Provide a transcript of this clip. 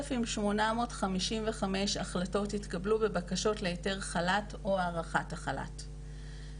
ו-3,855 החלטות התקבלו בבקשות להיתר חל"ת או הארכת החל"ת.